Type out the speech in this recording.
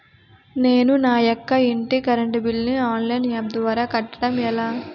నేను నా యెక్క ఇంటి కరెంట్ బిల్ ను ఆన్లైన్ యాప్ ద్వారా కట్టడం ఎలా?